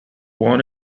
born